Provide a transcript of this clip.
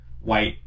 white